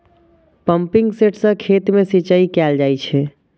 pumping set सं खेत मे सिंचाई कैल जाइ छै